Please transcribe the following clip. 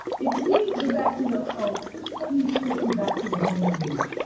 if we go back to the oh, first let me take you back to the home page.